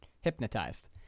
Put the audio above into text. hypnotized